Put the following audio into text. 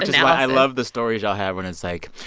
i love the stories y'all have when it's, like,